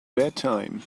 bedtime